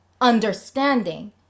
understanding